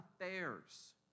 affairs